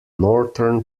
northern